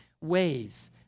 ways